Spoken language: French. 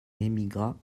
émigra